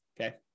Okay